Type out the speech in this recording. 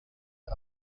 the